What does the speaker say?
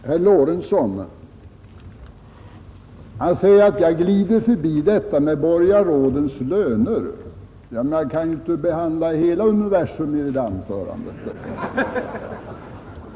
Herr talman! Herr Lorentzon säger att jag glider förbi detta med borgarrådens och andras höga löner. Ja, man kan ju inte behandla hela universum i ett enda anförande.